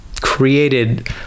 created